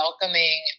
welcoming